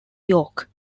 york